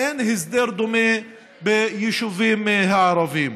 אין הסדר דומה ביישובים הערביים.